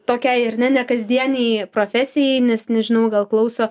tokiai ar ne nekasdienei profesijai nes nežinau gal klauso